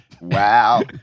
Wow